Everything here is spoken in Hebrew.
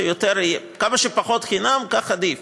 כמה שפחות חינם כך עדיף,